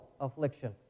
affliction